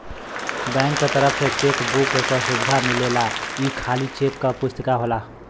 bank क तरफ से चेक बुक क सुविधा मिलेला ई खाली चेक क पुस्तिका होला